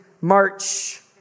March